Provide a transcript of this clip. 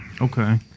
Okay